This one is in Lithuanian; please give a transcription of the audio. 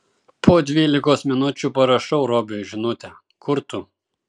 po dvylikos minučių parašau robiui žinutę kur tu